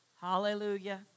Hallelujah